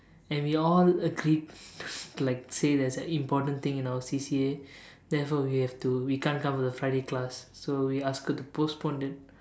and we all agreed like say there's an important thing in our C_C_A therefore we have to we can't come to the Friday class so we ask her to postpone it